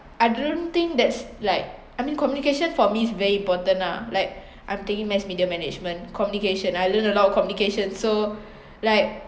I don't think that's like I mean communication for me is very important lah like I'm taking mass media management communication I learn a lot of communications so like